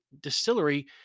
distillery